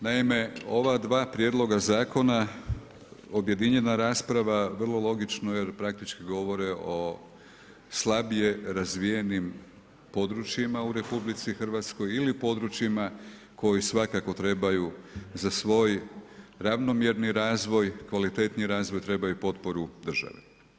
Naime, ova dva prijedloga zakona objedinjena rasprava vrlo logično jer praktički govore o slabije razvijenim područjima u RH ili područjima koje svakako trebaju za svoj ravnomjerni razvoj, kvalitetniji razvoj trebaju potporu države.